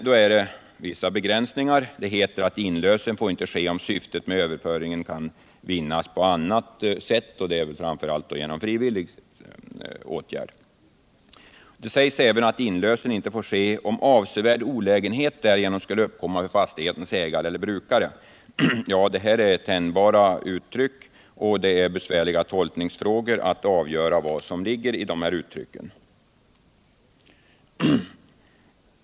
Det sägs att inlösen får inte ske om syftet med överföringen kan vinnas på annat sätt — det är väl då framför allt genom frivillig åtgärd. Det sägs även att inlösen inte får ske om avsevärd olägenhet därigenom skulle uppkomma för fastighetens ägare eller brukare. Ja, det här är tänjbara uttryck, och det är besvärliga tolkningsfrågor att avgöra vad som ligger i dem.